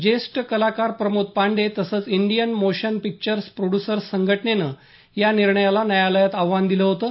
ज्येष्ठ कलाकार प्रमोद पांडे तसंच इंडियन मोशन पिक्चर्स प्रोड्युसर्स संघटनेनं या निर्णयाला न्यायालयात आव्हान दिलं होतं